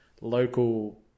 local